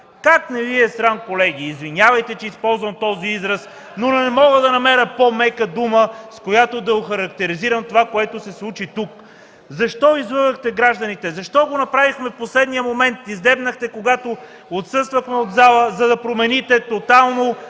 Как не Ви е срам, колеги! Извинявайте, че използвам този израз, но не мога да намеря по-мека дума, с която да охарактеризирам това, което се случи тук. Защо излъгахте гражданите? Защо го направихме в последния момент? Издебнахте, когато отсъствахме от залата, за да промените тотално